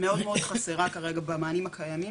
מאוד מאוד חסרה כרגע במענים הקיימים,